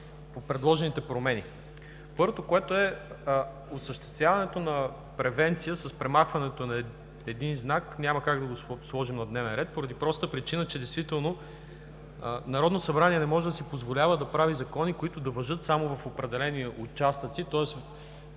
по предложените промени. Първото – осъществяването на превенция с премахването на един знак няма как да го сложим на дневен ред поради простата причина, че Народното събрание не може да си позволява да прави закони, които да важат само в определени участъци, тоест